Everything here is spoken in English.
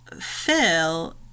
Phil